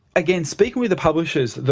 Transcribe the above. again, speaking with the publishers,